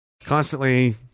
Constantly